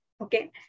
Okay